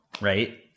right